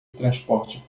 transporte